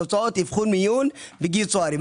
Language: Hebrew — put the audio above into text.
הוצאות אבחון מיון בגין וגיוס צוערים.